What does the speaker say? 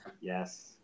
Yes